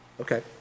Okay